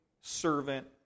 servant